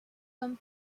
comme